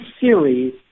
series